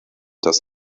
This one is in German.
das